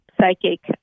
psychic